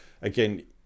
again